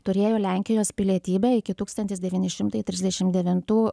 turėjo lenkijos pilietybę iki tūkstantis devyni šimtai trisdešimt devintų